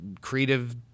creative